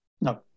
No